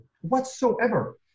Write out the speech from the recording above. whatsoever